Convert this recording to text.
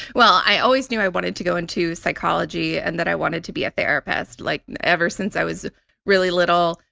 well, i always knew i wanted to go into psychology and that i wanted to be a therapist. like ever since i was really little,